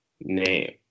name